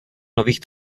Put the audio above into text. nových